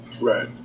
right